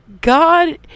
God